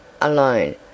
alone